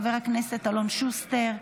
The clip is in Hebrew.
חבר הכנסת אלון שוסטר,